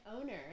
owner